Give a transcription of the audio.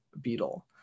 beetle